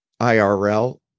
IRL